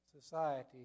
society